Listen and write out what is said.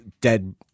dead